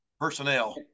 personnel